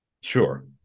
Sure